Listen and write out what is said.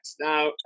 Now